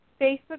Facebook